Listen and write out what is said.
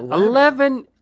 eleven.